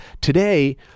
Today